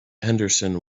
henderson